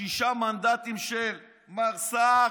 שישה מנדטים של מר סער,